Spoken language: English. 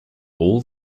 all